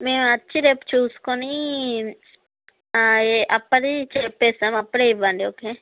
మేమొచ్చి రేపు చూసుకొని అప్పుడే చెప్పేస్తాం అప్పుడే ఇవ్వండి ఓకే